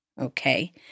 okay